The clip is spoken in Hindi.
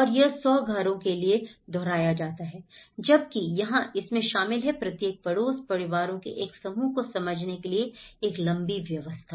और यह 100 घरों के लिए दोहराया जाता है जबकि यहां इसमें शामिल है प्रत्येक पड़ोस परिवारों के एक समूह को समझने के लिए एक लंबी व्यस्तता